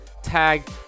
tag